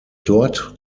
dort